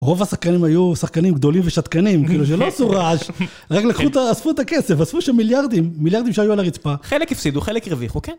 רוב השחקנים היו שחקנים גדולים ושתקנים, כאילו, שלא עשו רעש. רק לקחו, אספו את הכסף, אספו שם מיליארדים, מיליארדים שהיו על הרצפה. חלק הפסידו, חלק הרוויחו, אוקיי?